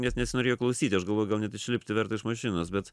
nes nesinorėjo klausyti aš galvoju gal net išlipti verta iš mašinos bet